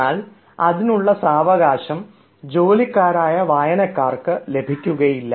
എന്നാൽ അതിനുള്ള സാവകാശം ജോലിക്കാരായ വായനക്കാർക്ക് ലഭിക്കുകയില്ല